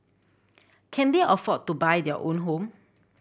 can they afford to buy their own home